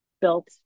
built